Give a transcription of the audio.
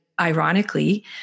ironically